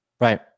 Right